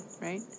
right